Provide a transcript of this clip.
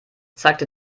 zeigte